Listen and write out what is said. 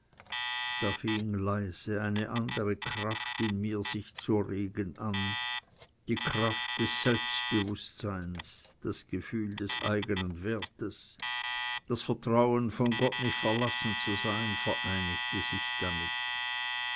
da fing leise eine andere kraft in mir sich zu regen an die kraft des selbstbewußtseins das gefühl des eigenen wertes das vertrauen von gott nicht verlassen zu sein vereinigte sich damit